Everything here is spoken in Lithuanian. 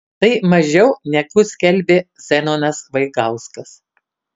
tai mažiau negu skelbė zenonas vaigauskas